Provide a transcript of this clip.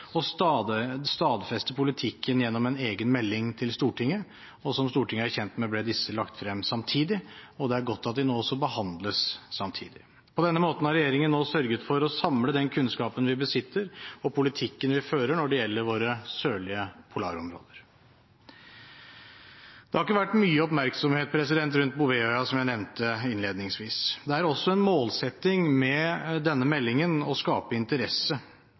stadfeste politikken gjennom en egen melding til Stortinget, og som Stortinget er kjent med, ble disse lagt frem samtidig. Det er godt at de nå også behandles samtidig. På denne måten har regjeringen nå sørget for å samle kunnskapen vi besitter og politikken vi fører når det gjelder våre sørlige polarområder. Det har, som jeg nevnte innledningsvis, ikke vært mye oppmerksomhet rundt Bouvetøya. Det er også en målsetting med denne meldingen å skape interesse.